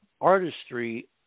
artistry